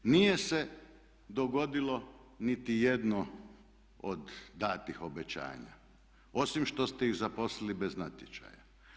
Nije se dogodilo niti jedno od danih obećanja, osim što ste iz zaposlili bez natječaja.